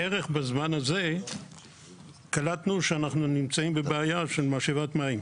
בערך בזמן הזה קלטנו שאנחנו נמצאים בבעיה של משאבת מים.